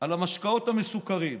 על המשקאות המסוכרים.